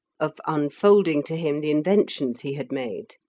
of unfolding to him the inventions he had made.